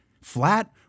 flat